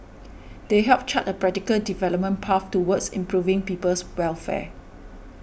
they help chart a practical development path towards improving people's welfare